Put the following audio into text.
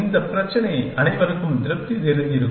இந்த பிரச்சினை அனைவருக்கும் திருப்தி தெரிந்திருக்கும்